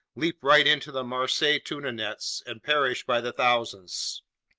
leap right into the marseilles tuna nets and perish by the thousands.